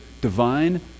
divine